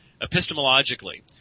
epistemologically